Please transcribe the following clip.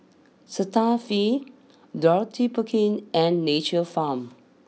Cetaphil Dorothy Perkins and Nature's Farm